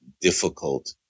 difficult